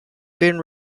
been